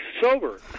sober